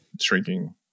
shrinking